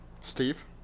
Steve